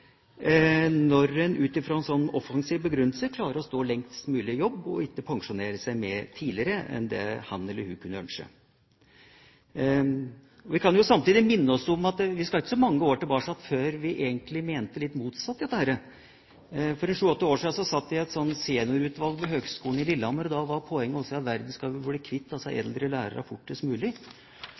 når en ut fra en offensiv begrunnelse klarer å stå lengst mulig i jobb, og ikke pensjonere seg tidligere enn det han eller hun kunne ønske. Vi kan jo samtidig minne om at vi skal ikke så mange år tilbake før vi egentlig mente det motsatte. For sju–åtte år siden satt jeg i et seniorutvalg ved Høgskolen i Lillehammer, og da var poenget: Hvordan i all verden skal vi bli kvitt disse eldre lærerne fortest mulig? Det var viktig å slippe ungdommen til, og for det andre ble eldre lærere